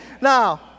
Now